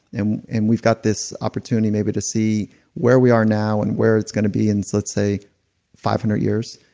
and and we've got this opportunity maybe to see where we are now and where it's gonna be in let's say five hundred years,